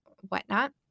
whatnot